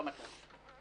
גם אתה.